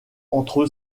entre